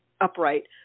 upright